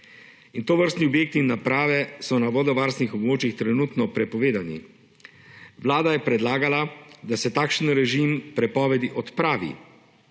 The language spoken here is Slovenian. Tovrstni objekti in naprave so na vodovarstvenih območjih trenutno prepovedani. Vlada je predlagala, da se takšen režim prepovedi odpravi